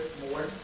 more